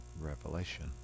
revelation